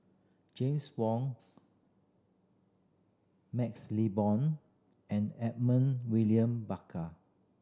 James Wong MaxLe Bond and Edmund William Barkar